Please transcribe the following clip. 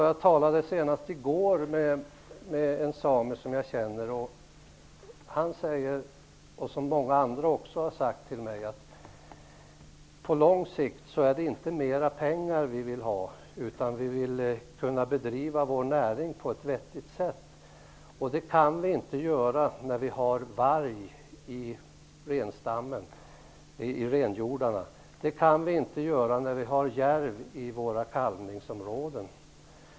Jag talade senast i går med en same som jag känner. Han sade, som också många andra har sagt till mig: På lång sikt är det inte mer pengar vi vill ha, utan vi vill kunna bedriva vår näring på ett vettigt sätt, och det kan vi inte göra när vi har varg i renhjordarna eller när vi har järv i våra kalvningsområden.